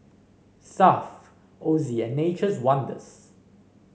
Stuff Ozi and Nature's Wonders